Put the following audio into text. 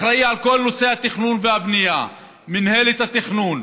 אחראי לכל נושא התכנון והבנייה, מינהלת התכנון,